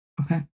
Okay